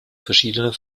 verschiedene